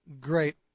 great